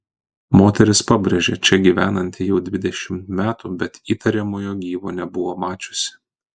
moteris pabrėžia čia gyvenanti jau dvidešimt metų bet įtariamojo gyvo nebuvo mačiusi